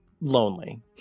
lonely